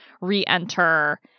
re-enter